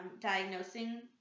diagnosing